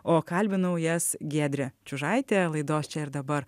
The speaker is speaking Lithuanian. o kalbinau jas giedrė čiužaitė laidos čia ir dabar